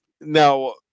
Now